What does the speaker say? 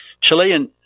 Chilean